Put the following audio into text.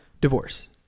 divorce